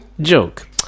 Joke